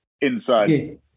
inside